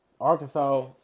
Arkansas